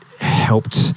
helped